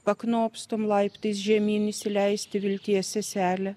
paknopstom laiptais žemyn įsileisti vilties seselę